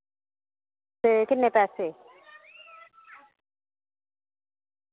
ते किन्ने पैसे